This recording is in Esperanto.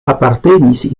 apartenis